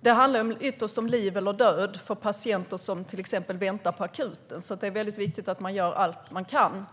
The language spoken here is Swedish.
Det handlar ytterst om liv eller död för patienter som till exempel väntar på akuten, och det är därför viktigt att man gör allt man kan.